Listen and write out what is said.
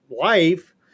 life